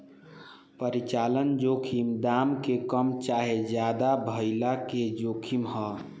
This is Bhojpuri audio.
परिचालन जोखिम दाम के कम चाहे ज्यादे भाइला के जोखिम ह